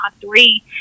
three